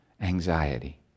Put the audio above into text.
anxiety